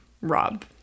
Rob